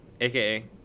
AKA